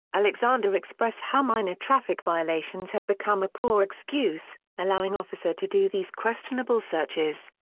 alexander express how minor traffic violations have become a poor excuse, allowing officer to do these questionable searches.